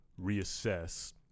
reassess